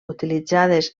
utilitzades